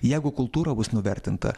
jeigu kultūra bus nuvertinta